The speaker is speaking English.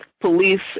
police